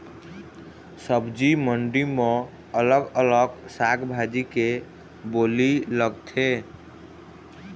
सब्जी मंडी म अलग अलग साग भाजी के बोली लगथे